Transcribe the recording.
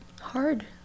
hard